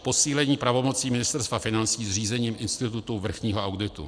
Posílení pravomocí Ministerstva financí zřízením institutu vrchního auditu.